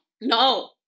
No